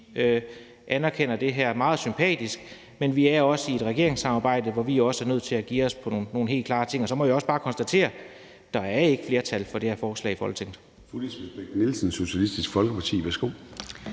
anerkender det her meget sympatiske forslag, men vi er også i et regeringssamarbejde, hvor vi er nødt til at give os på nogle helt klare punkter, og så må jeg også bare konstatere, at der ikke er flertal for det her forslag i Folketinget.